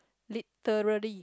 literally